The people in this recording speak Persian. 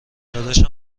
داداشم